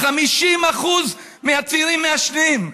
50% מהצעירים מעשנים,